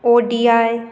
Audi I